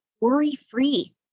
worry-free